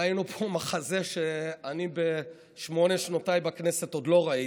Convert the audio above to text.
ראינו פה מחזה שאני בשמונה שנותיי בכנסת עוד לא ראיתי.